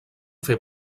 fer